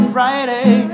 Friday